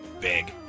big